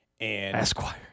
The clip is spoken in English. Esquire